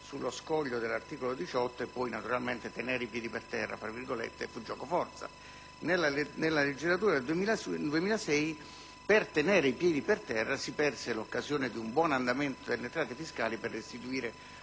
sullo scoglio dell'articolo 18 e poi naturalmente «tenere i piedi per terra» fu giocoforza. Nella passata legislatura del 2006, per tenere i piedi per terra si perse l'occasione di un buon andamento delle entrate fiscali per restituire